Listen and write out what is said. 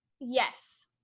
yes